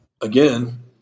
again